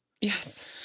yes